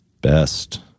best